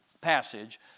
passage